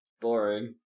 boring